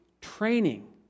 training